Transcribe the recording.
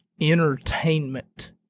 entertainment